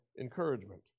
encouragement